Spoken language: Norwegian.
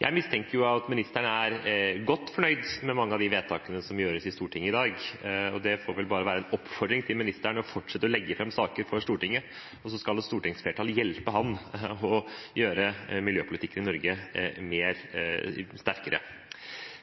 Jeg mistenker at ministeren er godt fornøyd med mange av de vedtakene som fattes i Stortinget i dag. Det får vel bare være en oppfordring til ministeren om å fortsette å legge fram saker for Stortinget, og så skal stortingsflertallet hjelpe ham med å gjøre miljøpolitikken i Norge sterkere.